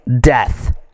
death